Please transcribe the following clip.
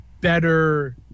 better